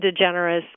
DeGeneres